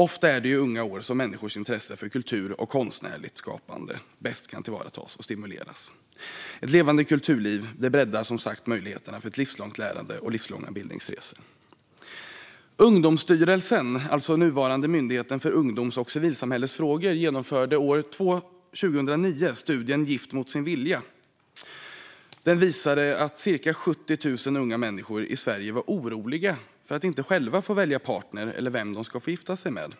Ofta är det i unga år som människors intresse för kultur och konstnärligt skapande bäst kan tillvaratas och stimuleras. Ett levande kulturliv breddar möjligheterna för livslångt lärande och livslånga bildningsresor. Ungdomsstyrelsen, nuvarande Myndigheten för ungdoms och civilsamhällesfrågor, gav 2009 ut rapporten Gift mot sin vilja . Den visade att cirka 70 000 unga människor i Sverige var oroliga för att inte själva få välja partner eller vem de skulle gifta sig med.